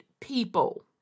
people